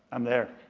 i'm there.